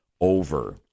over